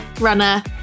runner